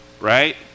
right